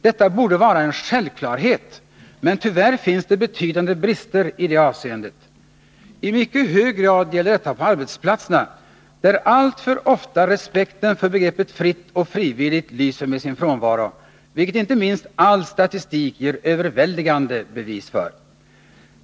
Detta borde vara en självklarhet, men tyvärr finns det betydande brister i det avseendet. I mycket hög grad gäller detta på arbetsplatserna, där alltför ofta respekten för begreppet fritt och frivilligt lyser med sin frånvaro, vilket inte minst all statistik ger överväldigande bevis för.